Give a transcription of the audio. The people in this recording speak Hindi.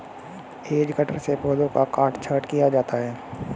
हेज कटर से पौधों का काट छांट किया जाता है